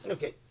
Okay